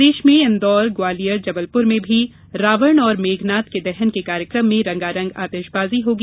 प्रदेश में इंदौर ग्वालियर जबलपुर में भी रावण और मेघनाथ के दहन के कार्यक्रम में रंगारंग आतिशबाजी होगी